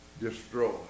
destroy